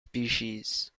species